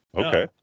okay